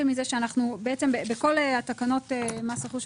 - בכל תקנות מס רכוש,